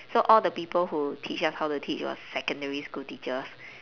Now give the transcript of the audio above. so all the people who teach us how to teach was secondary school teachers